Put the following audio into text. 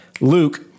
Luke